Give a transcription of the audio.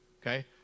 Okay